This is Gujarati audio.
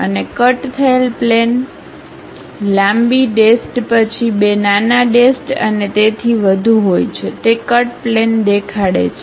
અને કટ થયેલ પ્લેન લાંબી ડેશ્ડ પછી બે નાના ડેશ્ડ અને તેથી વધુ હોય છે તે કટ પ્લેન દેખાડે છે